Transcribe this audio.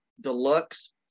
deluxe